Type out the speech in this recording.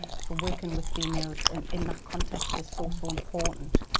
so working with females and in that context is so so important,